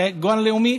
זה גן לאומי.